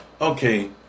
Okay